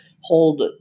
hold